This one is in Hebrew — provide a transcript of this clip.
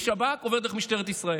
משב"כ עובר דרך משטרת ישראל,